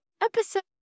episode